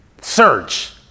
search